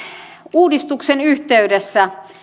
uudistuksen yhteydessä